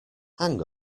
hang